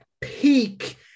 peak